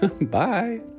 Bye